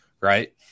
Right